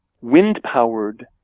wind-powered